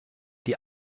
die